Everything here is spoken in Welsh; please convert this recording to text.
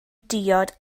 diod